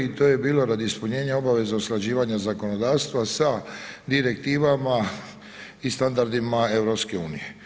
To je bilo radi ispunjenja obaveza, usklađivanja zakonodavstva sa direktivama i standardima EU.